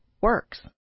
works